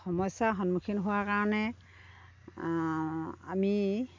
সমস্যাৰ সন্মুখীন হোৱাৰ কাৰণে আমি